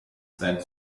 sein